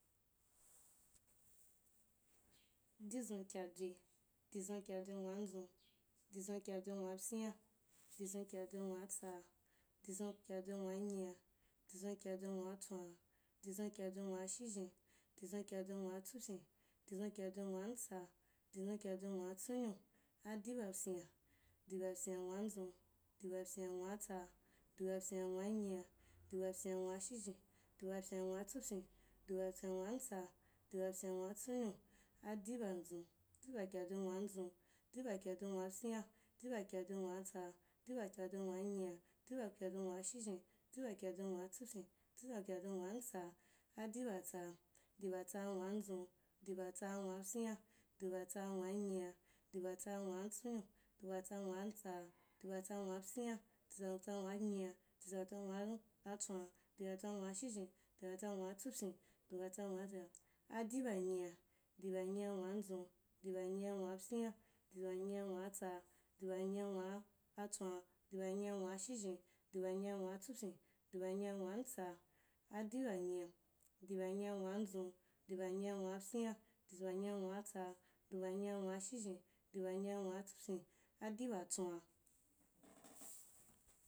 Dizun kyadzwei, dizun kyadzwei nwanzun, dizun kyadzwei nwa pyima, dizun kyadzwei nwa tsaa, dizun kyadzwei nwa nyia, dizun kyadzwei nwa tswa, dizun kyadzwei nwa shizhen, dizun kyadzwei uwa tsupyin, dizun kyadzwei uwa ntsa, dizun kyadzwei uwa tsunnyo, adiba pyin’a, diba pyiu’a nwa nzu, diba pyiu’a nwa pyina, diba pyiu’a nwa tsaa, diba pyiu’a nwa nyia, diba pyiu’a nwa tswa, diba pyiu’a nwa shizhen, diba pyiu’a nwa tsupyin, diba pyiu’a nwa ntsa, diba pyiu’a nwa tsannyo, adiba nzun, diba kyadzwei nwa nzun, diba kyadzwei nwa pyina, diba kyadzwei nwa tsaa, diba kyadzwei nwa nyia, diba kyadzwei nwa shizhen, diba kyadzwei nwa tsupyin, diba kyadzwei nwa utsa, adiba tsaa, diba tsaa nwanzun, diba tsaa nwa pyin’a, diba tsaa nwa nyia, diba tsaa nwa tsonnyo, diba tsaa nwa ntsa, diba tsaa nwa pyiu’a, diba tsaa nwa uyia, diba tsaa nwa tswa, diba tsaa nwa shizhen, diba tsaa nwa tsupyiu, diba tsaa nwa uzun, adiba nyia, diba nyia nwanzun, diba nyia nwa pyin’a, diba nyia nwa tsaa, diba nyia nwa atswa, diba nyia nwa ashizhen, diba nyia nwa tsupyin, diba nyia nwa utsa, adiba nyia, diba nyia nwanzun, diba nyia nwa pyin’a, diba nyia nwa tsaa, diba nyia nwa shizhen, diba nyia nwa tsupyiu, adiba tsuwa